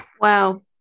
wow